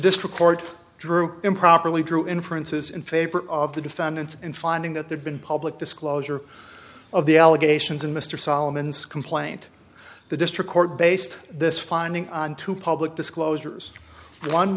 district court drew improperly drew inferences in favor of the defendants in finding that there's been public disclosure of the allegations in mr solomon's complaint the district court based this finding on two public disclosures one